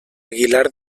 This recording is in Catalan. aguilar